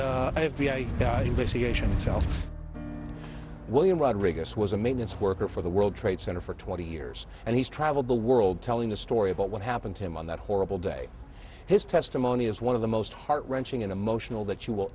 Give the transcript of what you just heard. i investigation itself william rodriguez was a maintenance worker for the world trade center for twenty years and he's traveled the world telling a story about what happened to him on that horrible day his testimony is one of the most heart wrenching and emotional that you will